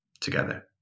together